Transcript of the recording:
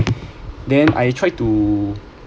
then I tried to